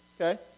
okay